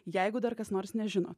jeigu dar kas nors nežino